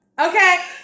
Okay